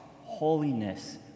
holiness